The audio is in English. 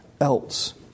else